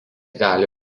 gali